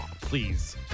please